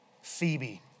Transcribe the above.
Phoebe